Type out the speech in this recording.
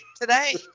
Today